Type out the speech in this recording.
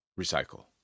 recycle